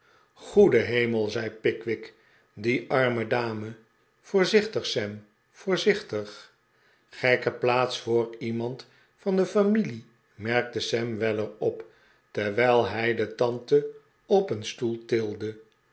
goede hemel zei pickwick die arme dame voorzichtig sam voorzichtig gekke plaats voor iemand van de famine merkte sam weller op terwijl hij de tante op een stoel tilde